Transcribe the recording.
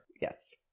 Yes